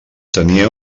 tenia